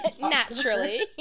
naturally